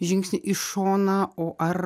žingsnį į šoną o ar